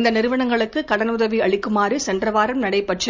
இந்த நிறுவனங்களுக்கு கடனுதவி அளிக்குமாறு சென்ற வாரம் நடைபெற்ற